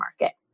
market